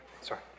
Sorry